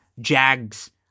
Jags